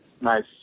nice